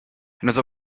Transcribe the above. another